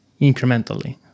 incrementally